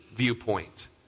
Viewpoint